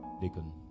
Deacon